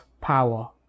power